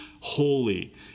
holy